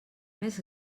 més